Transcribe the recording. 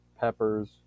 peppers